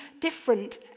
different